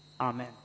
Amen